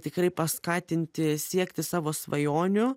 tikrai paskatinti siekti savo svajonių